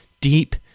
deep